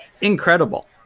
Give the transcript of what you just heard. incredible